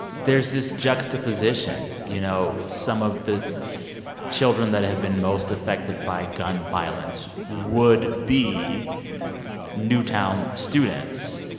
there's this juxtaposition you know, some of the children that have been most affected by gun violence would be newtown students.